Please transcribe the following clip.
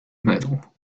metal